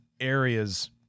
areas